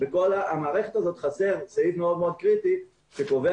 במערכת הזאת חסר סעיף מאוד מאוד קריטי שקובע